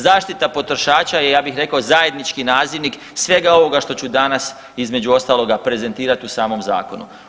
Zaštita potrošača je ja bih rekao zajednički nazivnik svega ovoga što ću danas između ostaloga prezentirati u samom zakonu.